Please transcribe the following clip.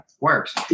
works